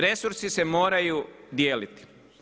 Resursi se moraju dijeliti.